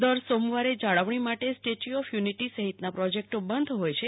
દર સોમવારે જાળવણી માટે સ્ટેચ્યુ ઓફ યુનિટી સહિતના પ્રોજેક્ટ બંધ હોય છે